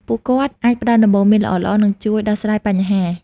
ពួកគាត់អាចផ្ដល់ដំបូន្មានល្អៗ និងជួយដោះស្រាយបញ្ហា។